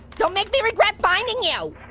don't make me regret finding you.